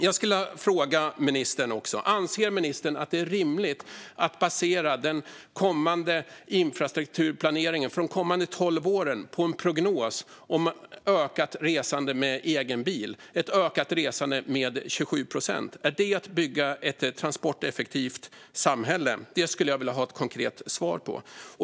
Jag skulle vilja fråga ministern: Anser ministern att det är rimligt att basera den kommande infrastrukturplaneringen för de kommande tolv åren på en prognos om 27 procents ökat resande med egen bil? Är det att bygga ett transporteffektivt samhälle? Det skulle jag vilja ha ett konkret svar på.